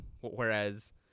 whereas